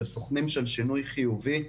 לסוכנים של שינוי חיובי.